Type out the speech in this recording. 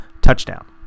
touchdown